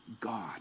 God